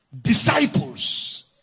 disciples